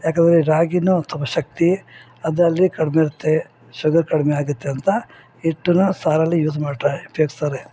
ಯಾಕಂದರೆ ರಾಗಿ ತುಂಬ ಶಕ್ತಿ ಅದರಲ್ಲಿ ಕಡಿಮೆ ಇರುತ್ತೆ ಶುಗರ್ ಕಡಿಮೆ ಆಗುತ್ತೆ ಅಂತ ಹಿಟ್ಟುನ ಸಾರಲ್ಲಿ ಯೂಸ್ ಮಾಡ್ತಾರೆ ಉಪ್ಯೋಗಿಸ್ತಾರೆ